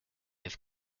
have